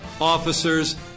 officers